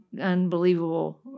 unbelievable